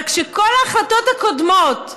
אבל כשכל ההחלטות הקודמות,